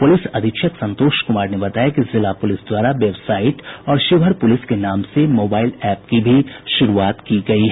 प्रलिस अधीक्षक संतोष कुमार ने बताया कि जिला पुलिस द्वारा वेबवाइट और शिवहर पुलिस के नाम से मोबाइल एप की भी शुरूआत की गयी है